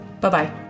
Bye-bye